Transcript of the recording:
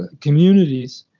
communities.